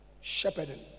shepherding